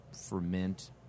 ferment